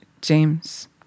James